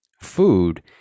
food